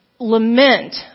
lament